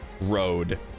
road